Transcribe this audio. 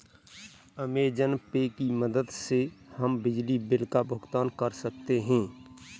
Amazon Pay की मदद से हम बिजली बिल का भुगतान कर सकते हैं